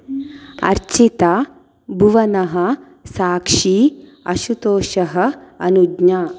अर्चिता भुवनः साक्षी आशुतोषः अनुज्ञा